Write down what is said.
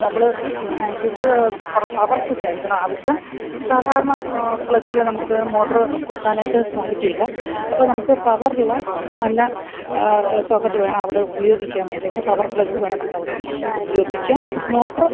നമ്മൾ switch power സ്വിച്ചായിരിക്കണം ആവശ്യം സാധാരണ പ്ലഗ്ഗിൽ നമുക്ക് മോട്ടർ കുത്താനായിട്ട് സാധിക്കില്ല അപ്പം നമുക്ക് പവറുള്ള നല്ല സോക്കറ്റ് വേണം അവിടെ ഉപയോഗിക്കാൻ വേണ്ടിയിട്ട് പവർ പ്ലഗ് വേണം നമ്മളവിടെ ഉപയോഗിക്കാൻ മോട്ടറ്